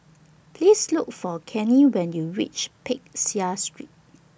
Please Look For Cannie when YOU REACH Peck Seah Street